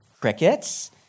Crickets